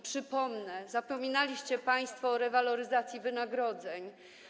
Przypomnę, bo zapominaliście państwo, o rewaloryzacji wynagrodzeń.